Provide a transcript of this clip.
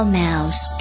mouse